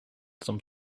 some